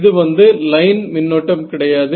இது வந்து லைன் மின்னோட்டம் கிடையாது